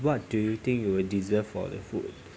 what do you think you deserve for the food